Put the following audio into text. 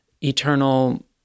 eternal